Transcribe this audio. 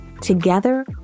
Together